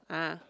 ah